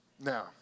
Now